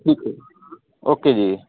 ਠੀਕ ਹੈ ਓਕੇ ਜੀ